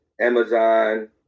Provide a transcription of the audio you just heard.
Amazon